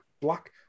Black